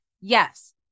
Yes